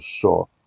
sure